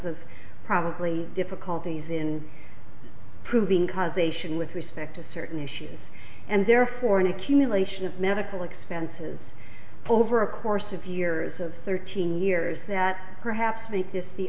of probably difficulties in proving causation with respect to certain issues and therefore an accumulation of medical expenses over a course of years of thirteen years that perhaps